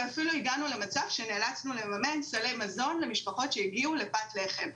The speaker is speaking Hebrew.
ואפילו הגענו למצב שנאלצנו לממן סלי מזון למשפחות שהגיעו לפת לחם.